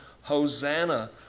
Hosanna